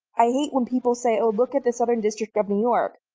i hate when people say, oh, look at the southern district of new york,